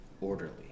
orderly